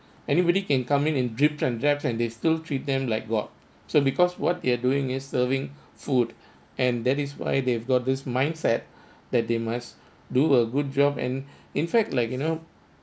anybody can come in drip and drag and they still treat them like god so because what they're doing is serving food and that is why they have got this mindset that they must do a good job and in fact like you know